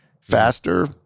faster